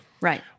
Right